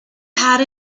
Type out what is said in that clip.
had